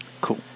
Cool